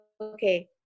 Okay